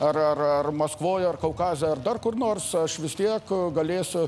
ar ar ar maskvoj ar kaukaze ar dar kur nors aš vis tiek galėsiu